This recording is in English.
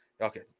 Okay